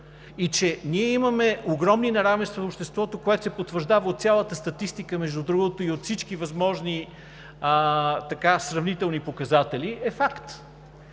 и че ние имаме огромни неравенства в обществото, което се потвърждава от цялата статистика, между другото, и от всички възможни сравнителни показатели, е факт.